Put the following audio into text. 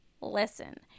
listen